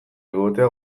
egotea